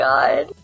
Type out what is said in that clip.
God